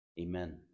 Amen